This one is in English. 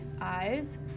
eyes